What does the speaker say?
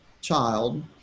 child